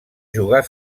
jugar